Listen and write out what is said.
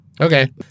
okay